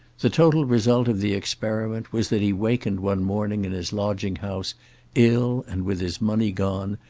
the total result of the experiment was that he wakened one morning in his lodging-house ill and with his money gone,